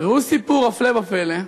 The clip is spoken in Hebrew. וראו סיפור, הפלא ופלא,